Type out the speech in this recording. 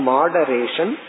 Moderation